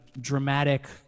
dramatic